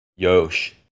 Yosh